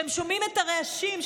שהם שומעים את הרעשים,